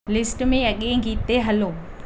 list में अॻिए गीत ते हलो